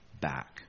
back